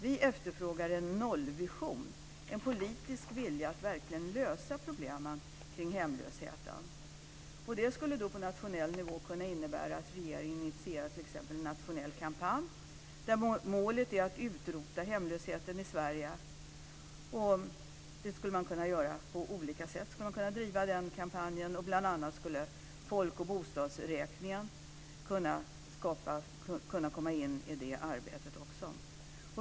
Vi efterfrågar en nollvision och en politisk vilja att verkligen lösa problemen kring hemlösheten. Det skulle på nationell nivå kunna innebära att regeringen initierar t.ex. en nationell kampanj där målet är att utrota hemlösheten i Sverige. Man skulle kunna driva den kampanjen på olika sätt. Bl.a. skulle Folk och bostadsräkningen också kunna komma in i det arbetet.